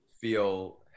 feel